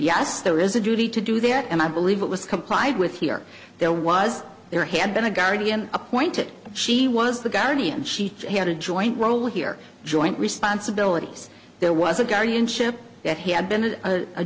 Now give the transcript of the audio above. yes there is a duty to do that and i believe it was complied with here there was there had been a guardian appointed she was the guardian she had a joint role here joint responsibilities there was a guardianship that he had been